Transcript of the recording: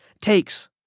takes